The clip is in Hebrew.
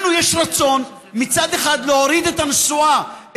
לנו יש רצון מצד אחד להוריד את הנסועה,